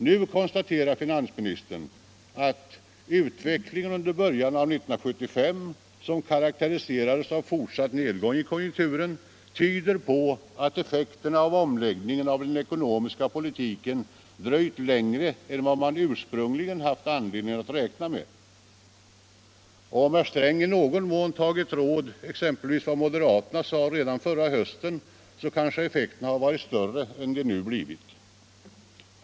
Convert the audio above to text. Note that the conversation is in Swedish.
Nu konstaterar finansministern att utvecklingen ”under början av 1975, som karakteriserades av fortsatt nedgång i konjunkturen, tyder på att effekterna av omläggningen i den ekonomiska politiken dröjt längre än vad man ursprungligen haft anledning att räkna med”. Om herr Sträng i någon mån tagit råd exempelvis av vad moderaterna sade redan förra hösten, så hade kanske effekterna varit större än de nu blivit.